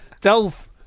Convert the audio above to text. Dolph